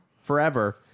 forever